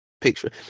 picture